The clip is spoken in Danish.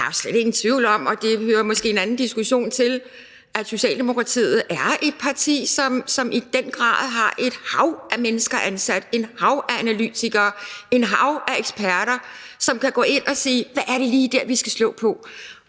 der er jo slet ikke ingen tvivl om, og det hører måske en anden diskussion til, at Socialdemokratiet er et parti, som i den grad har et hav af mennesker ansat, et hav af analytikere, et hav af eksperter, som kan gå ind og sige: Hvad er det lige, vi skal slå på